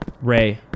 Ray